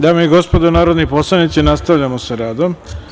Dame i gospodo narodni poslanici, nastavljamo sa radom.